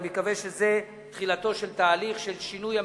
אני מקווה שזו תחילתו של תהליך של שינוי המדיניות,